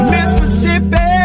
Mississippi